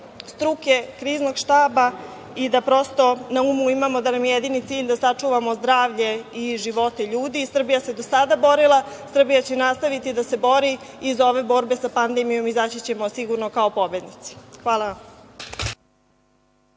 struke, Kriznog štaba i da prosto na umu imamo da nam je jedini cilj da sačuvamo zdravlje i živote ljudi. Srbija se do sada borila. Srbija će nastaviti da se bori. I iz ove borbe sa pandemijom izaći ćemo sigurno kao pobednici. Hvala